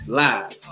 live